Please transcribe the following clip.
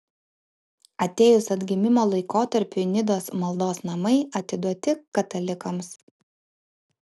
atėjus atgimimo laikotarpiui nidos maldos namai atiduoti katalikams